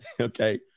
Okay